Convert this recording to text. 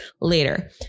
later